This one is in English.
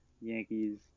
Yankees